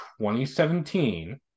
2017